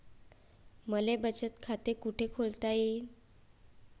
मले बचत खाते कुठ खोलता येईन?